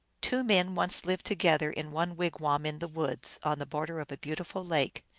two men once lived together in one wigwam in the woods, on the border of a beautiful lake.